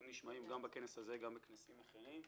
נשמעים גם בכנס הזה וגם בכנסים אחרים.